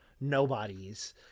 nobodies